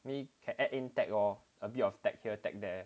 we can add in tech lor a bit of tech here tech there